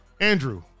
Andrew